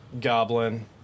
goblin